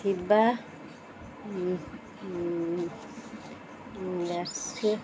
ଥିବା